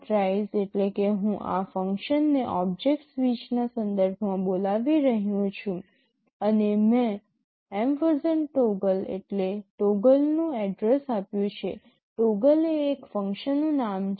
rise એટલે કે હું આ ફંક્શનને ઓબ્જેક્ટ સ્વિચના સંદર્ભમાં બોલાવી રહ્યો છું અને મેં toggle એટલે ટોગલનું એડ્રેસ આપ્યું છે ટોગલ એ એક ફંક્શનનું નામ છે